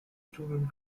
student